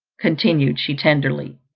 continued she tenderly,